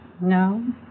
No